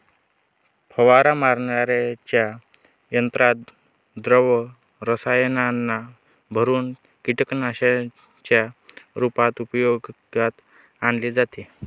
फवारा मारण्याच्या यंत्रात द्रव रसायनांना भरुन कीटकनाशकांच्या रूपात उपयोगात आणले जाते